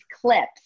clips